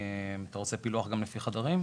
אתה רוצה פילוח גם לפי חדרים?